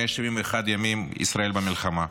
171 ימים ישראל במלחמה.